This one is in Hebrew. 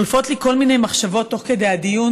חולפות לי כל מיני מחשבות תוך כדי הדיון.